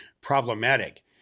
problematic